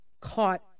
caught